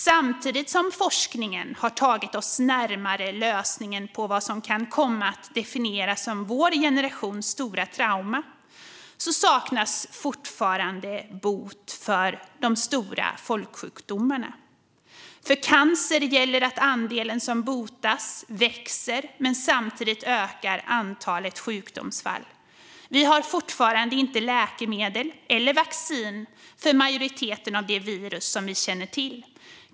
Samtidigt som forskningen har tagit oss närmare lösningen på vad som kan komma att definieras som vår generations stora trauma saknas det fortfarande bot för de stora folksjukdomarna. För cancer gäller att andelen som botas växer, men samtidigt ökar antalet sjukdomsfall. Vi har fortfarande inte läkemedel eller vaccin för majoriteten av de virus som vi känner till.